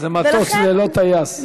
זה מטוס ללא טייס.